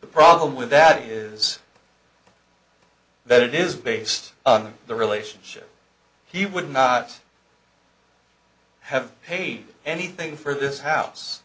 the problem with that is that it is based on the relationship he would not have paid anything for this house